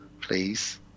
please